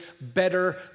better